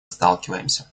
сталкиваемся